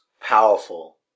powerful